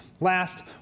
last